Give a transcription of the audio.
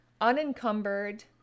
unencumbered